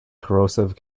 corrosive